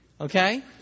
Okay